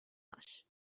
هاش